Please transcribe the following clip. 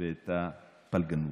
ואת הפלגנות.